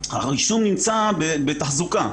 הרישום נמצא בתחזוקה.